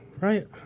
right